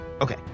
Okay